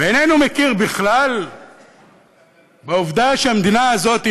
ואיננו מכיר בכלל בעובדה שהמדינה הזאת היא